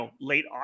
late